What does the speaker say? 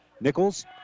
Nichols